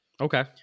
Okay